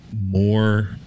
more